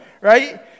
right